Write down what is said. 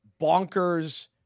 bonkers